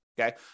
Okay